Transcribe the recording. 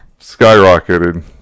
skyrocketed